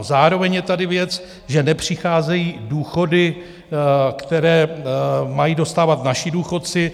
Zároveň je tady věc, že nepřicházejí důchody, které mají dostávat naši důchodci.